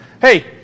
Hey